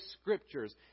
scriptures